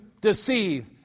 deceive